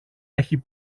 έχει